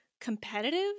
competitive